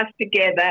together